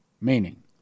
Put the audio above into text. Meaning